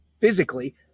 physically